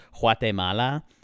Guatemala